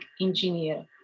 engineer